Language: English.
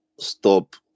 stop